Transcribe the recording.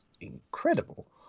incredible